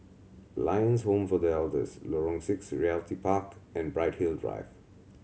Lions Home for The Elders Lorong Six Realty Park and Bright Hill Drive